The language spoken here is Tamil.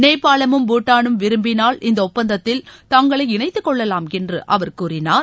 நேபாளமும் பூடானும் விரும்பினால் இந்த ஒப்பந்தத்தில் தங்களை இணைத்துக் கொள்ளலாம் என்று அவர் கூறினார்